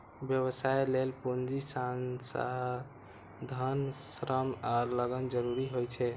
व्यवसाय लेल पूंजी, संसाधन, श्रम आ लगन जरूरी होइ छै